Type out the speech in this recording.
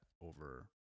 over